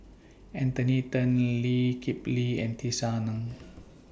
Anthony Then Lee Kip Lee and Tisa Ng